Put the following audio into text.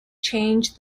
changed